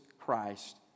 Christ